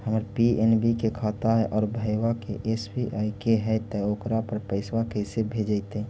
हमर पी.एन.बी के खाता है और भईवा के एस.बी.आई के है त ओकर पर पैसबा कैसे जइतै?